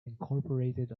incorporated